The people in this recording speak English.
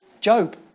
Job